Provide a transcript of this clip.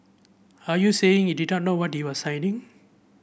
are you saying he did not know what you are signing